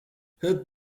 herb